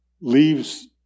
Leaves